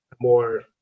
more